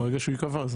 ברגע שהוא ייקבע.